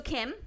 Kim